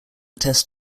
test